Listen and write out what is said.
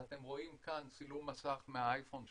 אז אתם רואים כאן צילום מסך מהאייפון שלי.